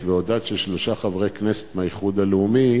והודעת ששלושה חברי כנסת מהאיחוד הלאומי,